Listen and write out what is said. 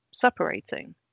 separating